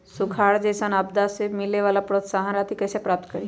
सुखार जैसन आपदा से मिले वाला प्रोत्साहन राशि कईसे प्राप्त करी?